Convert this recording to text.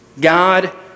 God